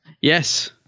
yes